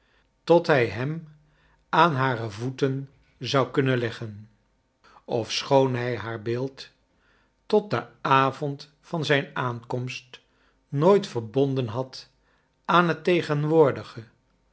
tot hij hem aan hare voeten zou kunnen leggen ofschoon hij haar beeld tot den avond van zijn aankomst nooit verbonden had aan het tegenwoordige